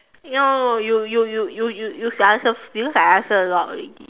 no you you you you you should answer because I answer a lot already